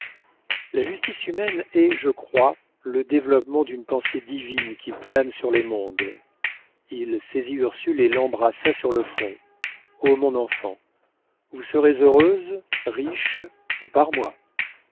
la justice humaine est je crois le développement d'une pensée divine qui plane sur les mondes il saisit ursule et l'embrassa sur le front oh mon enfant vous serez heureuse riche et par moi